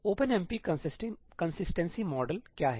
OpenMP consistency model क्या है